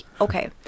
okay